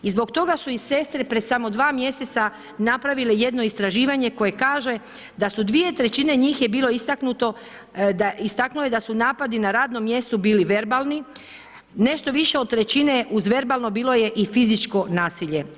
I zbog toga su i sestre prije samo dva mjeseca napravile jedno istraživanje koje kaže da su dvije trećine njih je bilo istaknuto, istaknulo je da su napadi na radnom mjestu bili verbalni, nešto više od trećine uz verbalno bilo je i fizičko nasilje.